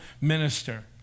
minister